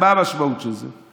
מה המשמעות של זה?